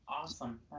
Awesome